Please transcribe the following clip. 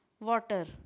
water